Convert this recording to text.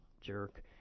jerk